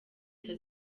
leta